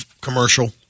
commercial